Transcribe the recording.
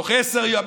בתוך עשרה ימים,